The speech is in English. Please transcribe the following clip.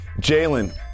Jalen